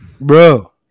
bro